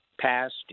passed